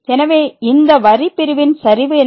எனவே இந்த வரி பிரிவின் சரிவு என்ன